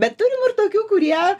bet turim ir tokių kurie